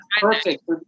perfect